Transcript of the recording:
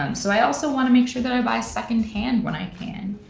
um so i also wanna make sure that i buy second-hand when i can.